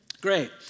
Great